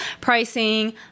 pricing